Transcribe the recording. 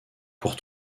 pour